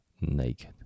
naked